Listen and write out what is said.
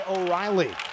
O'Reilly